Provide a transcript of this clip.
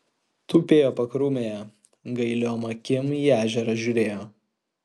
tupėjo pakrūmėje gailiom akim į ežerą žiūrėjo